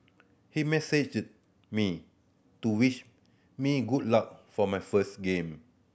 he messaged me to wish me good luck for my first game